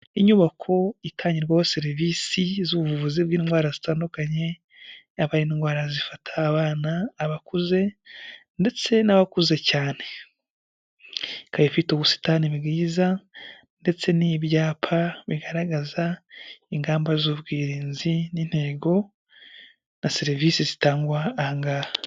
Inyubako itangirwaho serivisi z'ubuvuzi bw'indwara zitandukanye yaba ari indwara zifata abana abakuze ndetse n'abakuze cyane, ikaba ifite ubusitani bwiza ndetse n'ibyapa bigaragaza ingamba z'ubwirinzi n'intego na serivisi zitangwa ahangaha.